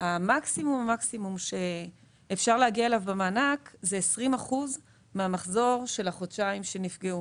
המקסימום שאפשר להגיע אליו הוא 20% מן המחזור של החודשיים שנפגעו,